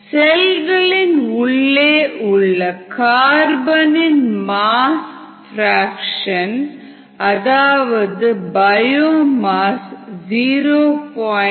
செல்களின் உள்ளே உள்ள கார்பனின் மாஸ் பிராக்சன் அதாவது பயோமாஸ் 0